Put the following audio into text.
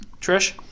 Trish